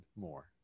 more